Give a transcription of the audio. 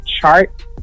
chart